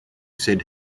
said